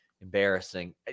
Embarrassing